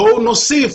בואו נוסיף,